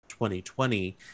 2020